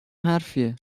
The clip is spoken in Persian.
حرفیه